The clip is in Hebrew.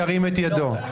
ירים את ידו.